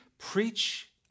Preach